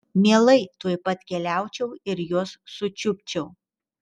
mielai tuoj pat keliaučiau ir juos sučiupčiau